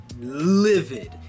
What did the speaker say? livid